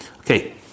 okay